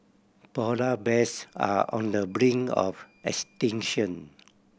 polar bears are on the brink of extinction